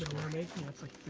mermaid that's like